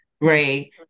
right